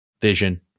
vision